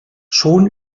schon